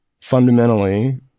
Fundamentally